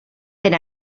per